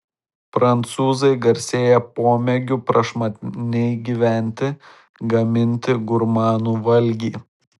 prancūzai garsėja pomėgiu prašmatniai gyventi gaminti gurmanų valgį